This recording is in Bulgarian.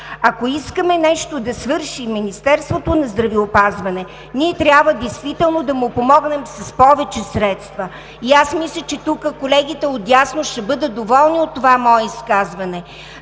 Ако искаме нещо да свърши Министерството на здравеопазването, трябва действително да му помогнем с повече средства. Аз мисля, че тук колегите отдясно ще бъдат доволни от моето изказване,